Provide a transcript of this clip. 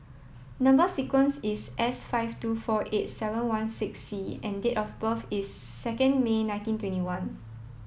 number sequence is S five two four eight seven one six C and date of birth is second May nineteen twenty one